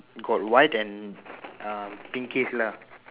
got white and uh pinkish lah